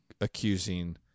accusing